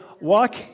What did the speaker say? walk